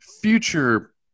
future